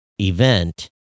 event